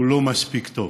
הוא לא מספיק טוב.